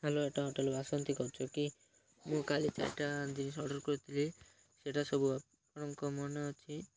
hello ଏଟା hotel Basanti କହୁଛ କି ମୁଁ କାଲି ଚାରିଟା ଜିନିଷ ଅର୍ଡ଼ର୍ କରିଥିଲି ସେଟା ସବୁ ଆପଣଙ୍କ ମନେ ଅଛି